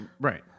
Right